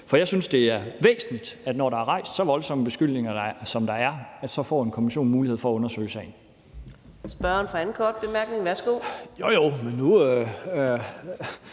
For jeg synes, det er væsentligt, at når der er rejst så voldsomme beskyldninger, som der er, så får en kommission en mulighed for at undersøge sagen.